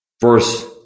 verse